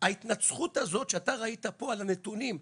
ההתנצחות הזאת שאתה ראית פה על הנתונים,